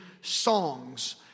songs